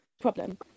problem